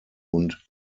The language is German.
und